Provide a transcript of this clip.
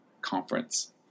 conference